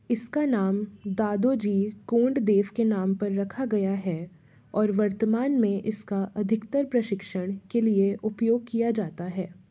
इसका नाम दादोजी कोंडदेव के नाम पर रखा गया है और वर्तमान में इसका अधिकतर प्रशिक्षण के लिए उपयोग किया जाता है